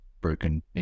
broken